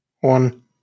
one